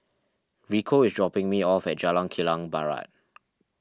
Rico is dropping me off at Jalan Kilang Barat